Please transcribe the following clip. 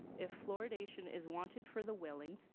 if fluoridation is wanted for the willing,